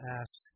ask